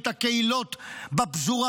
את הקהילות בפזורה.